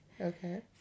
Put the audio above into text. okay